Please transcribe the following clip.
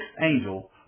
angel